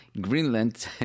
Greenland